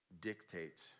dictates